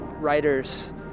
writers